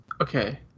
Okay